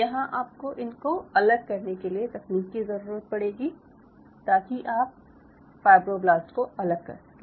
यहाँ आपको इनको अलग करने के लिए तकनीक की ज़रूरत पड़ेगी ताकि आप फायब्रोब्लास्ट को अलग कर सकें